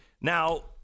Now